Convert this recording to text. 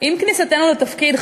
עם כניסתנו לתפקיד,